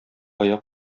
аяк